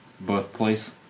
birthplace